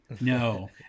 No